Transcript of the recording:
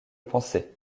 pensais